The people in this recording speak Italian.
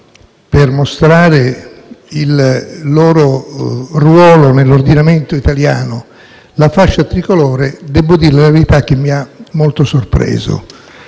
per mostrare il loro ruolo nell'ordinamento italiano, la fascia tricolore mi ha per la verità molto sorpreso.